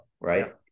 right